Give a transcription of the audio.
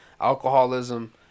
Alcoholism